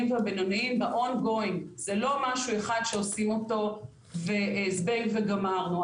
והבינוניים ב-ON GOING זה לא משהו אחד שעושים אותו וזבנג וגמרנו,